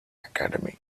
academy